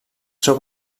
seu